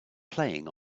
playing